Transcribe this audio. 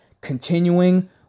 continuing